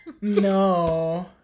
No